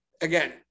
again